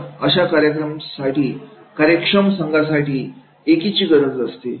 तर अशा कार्यक्षम संघासाठी एकीची गरज असते